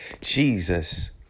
Jesus